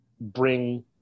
bring